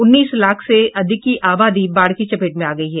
उन्नीस लाख से अधिक की आबादी बाढ़ की चपेट में आ गयी है